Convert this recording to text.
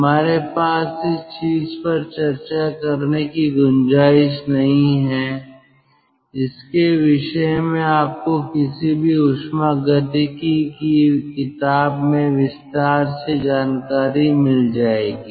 हमारे पास इस चीज पर चर्चा करने की गुंजाइश नहीं है इसके विषय में आपको किसी भी ऊष्मागतिकी की किताब में विस्तार से जानकारी मिल जाएगी